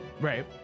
right